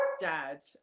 Dad